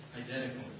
identical